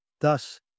Thus